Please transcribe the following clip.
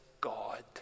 God